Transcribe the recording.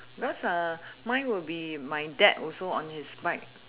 because uh mine will be my dad also on his bike